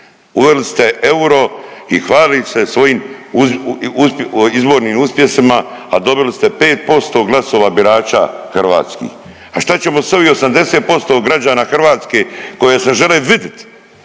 Uveli ste euro i hvalite se svojim izbornim uspjesima, a dobili ste 5% glasova birača hrvatskih. A šta ćemo sa ovih 80% građana Hrvatske koje se žele vidit,